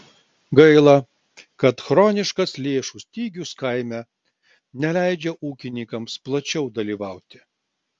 gaila kad chroniškas lėšų stygius kaime neleidžia ūkininkams plačiau dalyvauti